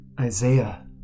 Isaiah